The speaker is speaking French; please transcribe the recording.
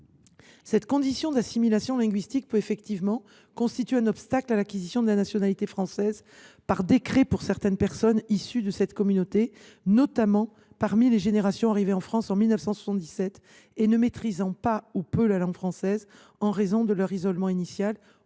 Cette condition d’assimilation linguistique peut effectivement constituer un obstacle à l’acquisition de la nationalité française par décret pour certaines personnes issues de cette communauté, notamment parmi les générations arrivées en France en 1977 et ne maîtrisant pas ou maîtrisant peu la langue française en raison de leur isolement initial au sein de la